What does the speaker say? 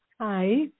Hi